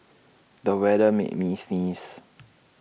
the weather made me sneeze